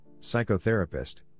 psychotherapist